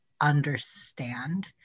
understand